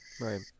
right